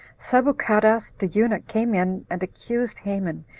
sabuchadas the eunuch came in and accused haman,